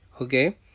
Okay